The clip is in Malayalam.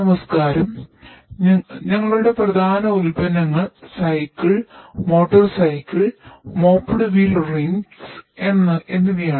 നമസ്കാരം ഞങ്ങളുടെ പ്രധാന ഉൽപ്പന്നങ്ങൾ സൈക്കിൾഎന്നിവയാണ്